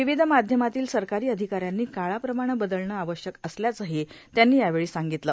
विविध माध्यमातील सरकारी अधिकाऱ्यांनी काळाप्रमाणं बदलणं आवश्यक असल्याचंही त्यांनी यावेळी सांगितलं